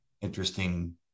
interesting